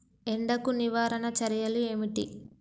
ఎండకు నివారణ చర్యలు ఏమిటి?